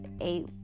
eight